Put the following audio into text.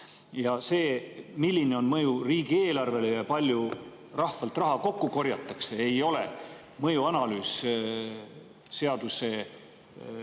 See, milline on mõju riigieelarvele ja palju rahvalt raha kokku korjatakse, ei ole mõjuanalüüs seaduse